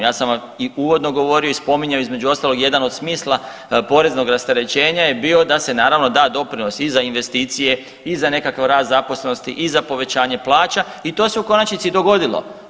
Ja sam vam i uvodno govorio i spominjao između ostalog jedan od smisla poreznog rasterećenja je bio da se naravno da doprinos i za investicije i za nekakav rast zaposlenosti i za povećanje plaća i to se u konačnici i dogodilo.